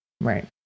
Right